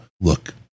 look